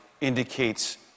indicates